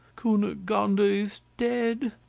cunegonde is dead!